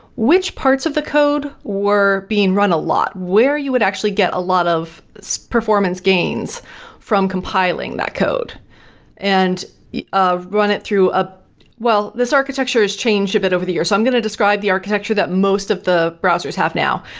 which parts of the code were being run a lot, where you would actually get a lot of so performance gains from compiling that code and run it through a well, this architecture has changed a bit over the years i'm going to describe the architecture that most of the browsers have now.